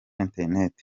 internet